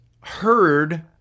heard